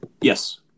Yes